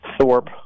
Thorpe